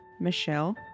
michelle